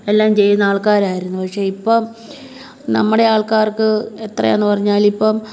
എല്ലാം ചെയ്യുന്ന ആൾക്കാരായിരുന്നു പക്ഷേ ഇപ്പം നമ്മുടെ ആൾക്കാർക്ക് എത്രയാന്ന് പറഞ്ഞാലിപ്പം